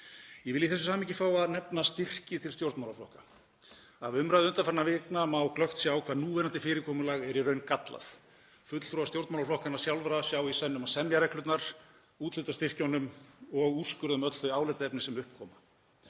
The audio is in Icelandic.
Ég vil í þessu samhengi fá að nefna styrki til stjórnmálaflokka. Af umræðu undanfarinna vikna má glöggt sjá hvað núverandi fyrirkomulag er í raun gallað. Fulltrúar stjórnmálaflokkanna sjálfra sjá í senn um að semja reglurnar, úthluta styrkjunum og úrskurða um öll þau álitaefni sem upp koma.